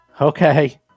Okay